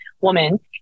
woman